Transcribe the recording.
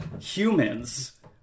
humans